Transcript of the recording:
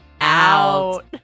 out